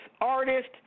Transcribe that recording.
artist